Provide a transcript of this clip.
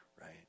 right